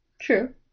True